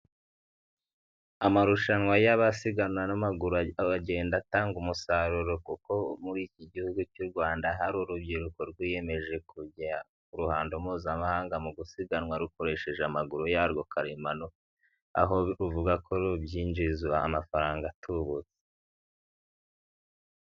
Amarushanwa y'abasiganwa n'amaguru aragenda atanga umusaruro, kuko muri iki gihugu cy'u Rwanda hari urubyiruko rwiyemeje kugera ku ruhando mpuzamahanga mu gusiganwa rukoresheje amaguru yarwo karemano, aho ruvuga ko rubyinjizwa amafaranga atubutse.